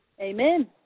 Amen